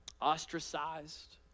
ostracized